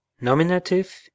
Nominative